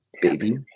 Baby